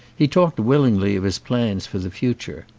he talked willingly of his plans for the future.